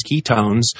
ketones